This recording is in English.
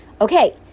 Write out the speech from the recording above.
Okay